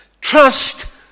Trust